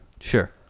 Sure